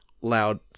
loud